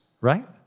right